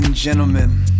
Gentlemen